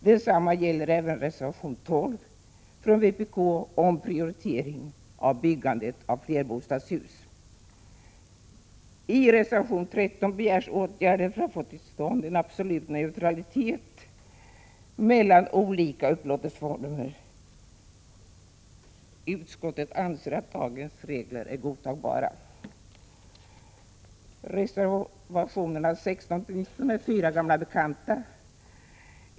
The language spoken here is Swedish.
Detsamma gäller även reservation 12 från vpk om prioritering av byggandet av flerbostadshus. I reservation 13 begärs åtgärder för att få till stånd absolut neutralitet mellan olika upplåtelseformer. Utskottet anser att dagens regler är godtagbara. Reservationerna 16-19 är fyra gamla bekanta.